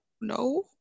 no